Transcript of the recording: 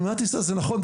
במדינת ישראל זה נכון,